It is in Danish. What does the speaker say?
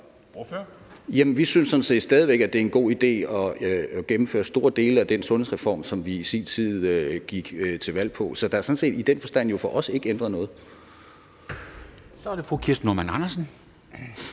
set stadig væk, at det er en god idé at gennemføre store dele af den sundhedsreform, som vi i sin tid gik til valg på. Så der er sådan set i den forstand jo for os ikke ændret noget. Kl. 10:34 Formanden